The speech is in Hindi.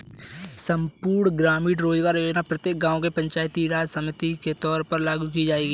संपूर्ण ग्रामीण रोजगार योजना प्रत्येक गांव के पंचायती राज समिति के तौर पर लागू की जाएगी